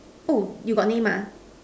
oh you got name mah